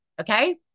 okay